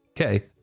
Okay